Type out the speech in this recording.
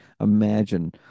imagine